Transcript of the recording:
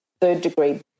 third-degree